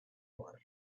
war